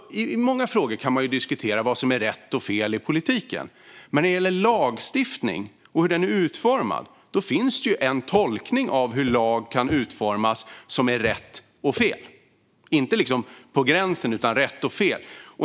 I många frågor kan man diskutera vad som är rätt och fel i politiken, men när det gäller lagstiftning och hur den är utformad finns det en tolkning av hur lag kan utformas och vad som är rätt och fel - inte på gränsen utan vad som är rätt och fel.